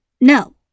no